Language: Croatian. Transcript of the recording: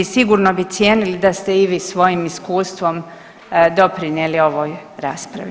Sigurno bi cijenili da ste i vi svojim iskustvom doprinijeli ovoj raspravi.